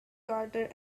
carter